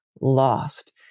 lost